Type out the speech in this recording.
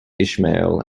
ishmael